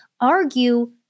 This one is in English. argue